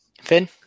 Finn